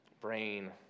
brain